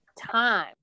time